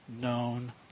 known